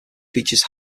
features